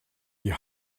die